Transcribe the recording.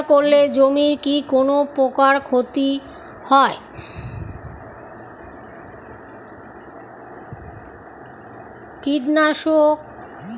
কীটনাশক ব্যাবহার করলে জমির কী কোন প্রকার ক্ষয় ক্ষতি হয়?